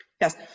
Yes